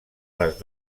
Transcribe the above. les